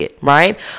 right